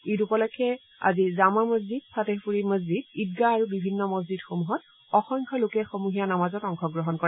ঈদ উপলেক্ষ আদি জামা মছিজদ ফাটেহপুৰি মছিজদ ঈদগাহ আৰু বিভিন্ন মছিজদসমূহত অসংখ্য লোকে সমূহীয়া নামাজত অংশগ্ৰহণ কৰে